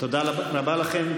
תודה רבה לכן.